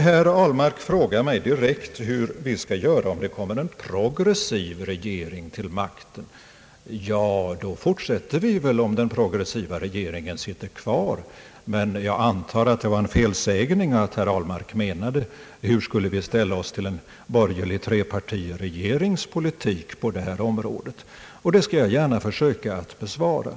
Herr Ahlmark frågar mig direkt hur vi skall göra om en progressiv regering kommer till makten. Ja, då fortsätter vi väl om den progressiva regeringen sitter kvar. Men jag antar att det var en felsägning och att herr Ahlmark menade: Hur skulle vi ställa oss till en borgerlig trepartiregerings politik på detta område? Det skall jag gärna försöka besvara.